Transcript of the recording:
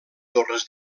torres